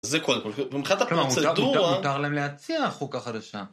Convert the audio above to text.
זה קודם כל, ומבחינת הפרוצדורה... זאת אומרת, מותר להם להציע חוקה חדשה.